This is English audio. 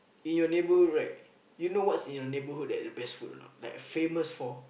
in your neighbourhood right you know what is in your neighbourhood that the best food or not like famous for